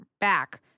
back